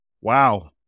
wow